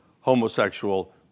homosexual